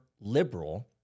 liberal